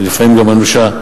ולפעמים גם אנושה,